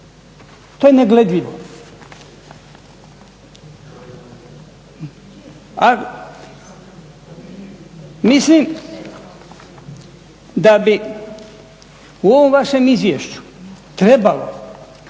To je negledljivo. Mislim da bi u ovom vašem izvješću trebalo